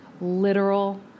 literal